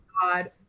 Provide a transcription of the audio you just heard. god